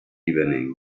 evening